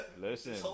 listen